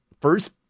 first